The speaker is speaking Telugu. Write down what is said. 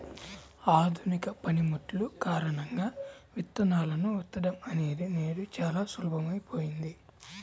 ఆధునిక పనిముట్లు కారణంగా విత్తనాలను విత్తడం అనేది నేడు చాలా సులభమైపోయింది